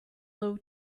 low